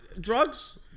drugs